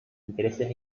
intereses